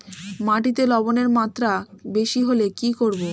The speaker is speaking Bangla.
মাটিতে লবণের মাত্রা বেশি হলে কি করব?